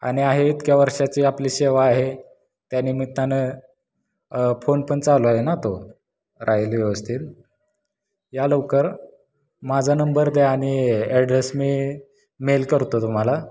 आणि आहे इतक्या वर्षाची आपली सेवा आहे त्यानिमित्तानं फोन पण चालू आहे ना तो राहिली व्यवस्थित या लवकर माझा नंबर द्या आणि ॲड्रेस मी मेल करतो तुम्हाला